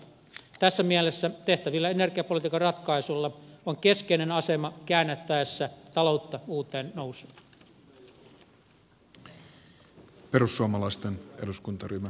tässä mielessä tehtävillä energiapolitiikan ratkaisuilla on keskeinen asema käännettäessä taloutta uuteen nousuun